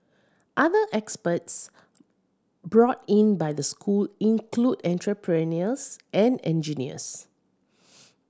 other experts brought in by the school include entrepreneurs and engineers